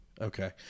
Okay